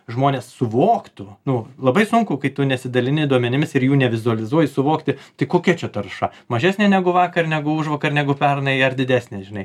žmonės suvoktų nu labai sunku kai tu nesidalini duomenimis ir jų nevizualizuoji suvokti tai kokia čia tarša mažesnė negu vakar negu užvakar negu pernai ar didesnė žinai